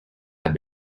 have